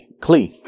CLE